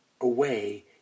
away